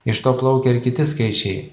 iš to plaukia ir kiti skaičiai